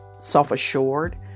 self-assured